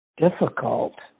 difficult